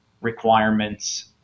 requirements